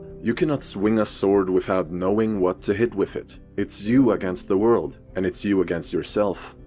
you cannot swing a sword without knowing what to hit with it. it's you against the world and it's you against yourself.